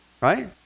right